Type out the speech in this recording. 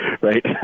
right